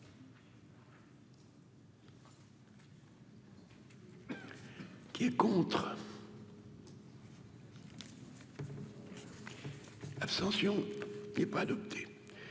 Qui est contre.